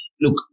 look